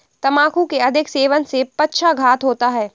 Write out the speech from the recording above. तंबाकू के अधिक सेवन से पक्षाघात होता है